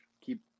keep